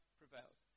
prevails